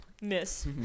Miss